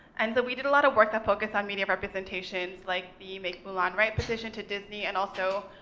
and so we did a lot of work that focused on media representation. like the make mulan right petition to disney, and also,